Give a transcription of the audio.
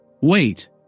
Wait